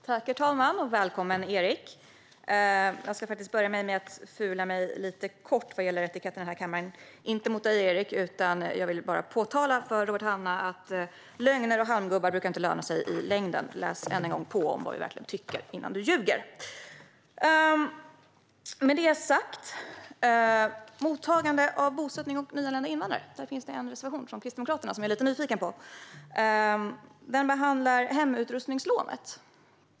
Herr talman! Välkommen, Erik! Jag ska börja med att fula mig lite kort mot etiketten här i kammaren. Det är inte mot dig, Erik Slottner, utan jag vill påtala för Robert Hannah att lögner och halmgubbar inte brukar löna sig i längden. Läs än en gång på om vad vi tycker innan du ljuger. Jag är lite nyfiken på en reservation från Kristdemokraterna om mottagande och bosättning av nyanlända invandrare. Den behandlar hemutrustningslånet.